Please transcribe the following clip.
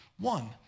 one